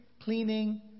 cleaning